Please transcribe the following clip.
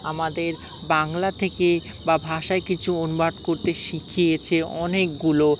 আমাদের বাংলা থেকে বা ভাষায় কিছু অনুবাাদ করতে শিখিয়েছে অনেকগুলো